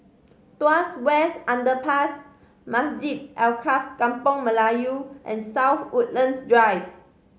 Tuas West Underpass Masjid Alkaff Kampung Melayu and South Woodlands Drive